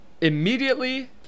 immediately